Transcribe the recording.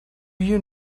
you